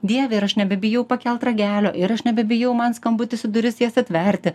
dieve ir aš nebebijau pakelt ragelio ir aš nebebijau man skambutis į duris jas atverti